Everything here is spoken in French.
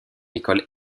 école